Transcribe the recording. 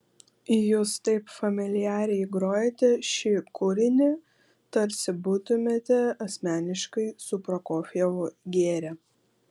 jūs taip familiariai grojate šį kūrinį tarsi būtumėte asmeniškai su prokofjevu gėrę